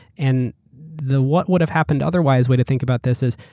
and the what would have happened otherwise way to think about this is,